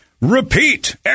repeat